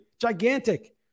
gigantic